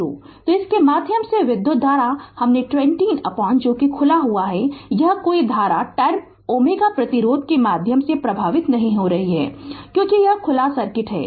तो इसके माध्यम से विधुत धारा हमने 20 यह खुला है यह कोई धारा 10Ω प्रतिरोध के माध्यम से प्रवाहित नहीं हो रही है क्योंकि यह खुला सर्किट है